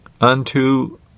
unto